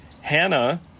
Hannah